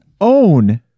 own